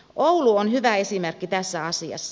oulu on hyvä esimerkki tässä asiassa